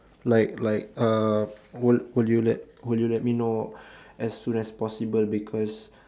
like like uh would would you let me would you let me know as soon as possible because